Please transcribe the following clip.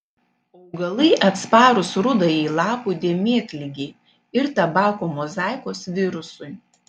augalai atsparūs rudajai lapų dėmėtligei ir tabako mozaikos virusui